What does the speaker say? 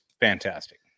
fantastic